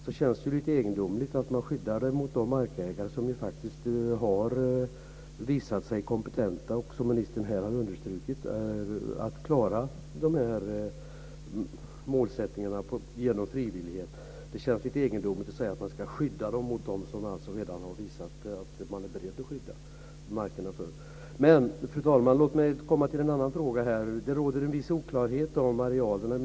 Det känns ju lite egendomligt att man ska skydda marken mot de markägare som faktiskt har visat sig vara kompetenta - vilket ministern här har understrukit - att klara målsättningarna genom frivillighet. Fru talman! Det råder en viss oklarhet om arealen.